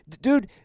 Dude